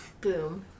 Boom